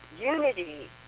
unity